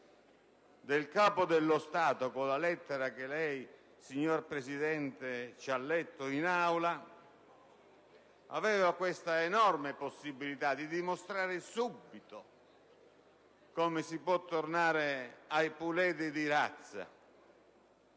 del Capo dello Stato contenuto nella lettera che lei, signor Presidente, ci ha letto in Aula, aveva questa possibilità enorme di dimostrare subito come si può tornare ai puledri di razza.